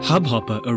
Hubhopper